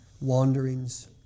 wanderings